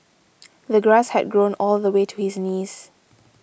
the grass had grown all the way to his knees